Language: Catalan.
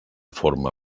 forma